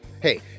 Hey